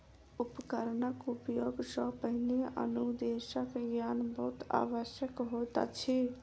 उपकरणक उपयोग सॅ पहिने अनुदेशक ज्ञान बहुत आवश्यक होइत अछि